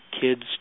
kids